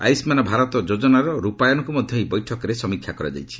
ଆୟୁଷ୍କାନ ଭାରତ ଯୋଜନାର ରୂପାୟନକୁ ମଧ୍ୟ ଏହି ବୈଠକରେ ସମୀକ୍ଷା କରାଯାଇଛି